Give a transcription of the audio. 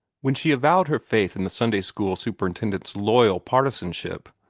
when she avowed her faith in the sunday-school superintendent's loyal partisanship,